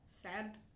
sad